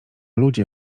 ludzie